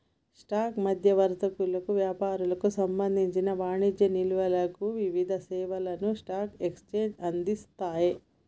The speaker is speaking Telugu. స్టాక్ మధ్యవర్తులకు, వ్యాపారులకు సంబంధించిన వాణిజ్య నిల్వలకు వివిధ సేవలను స్టాక్ ఎక్స్చేంజ్లు అందిస్తయ్